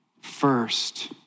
first